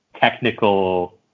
technical